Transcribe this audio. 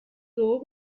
dugu